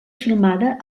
filmada